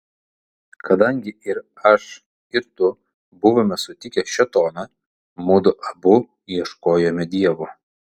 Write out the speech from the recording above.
kadangi ir aš ir tu buvome sutikę šėtoną mudu abu ieškojome dievo